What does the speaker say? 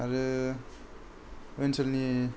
आरो ओनसोलनि